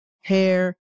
hair